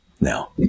now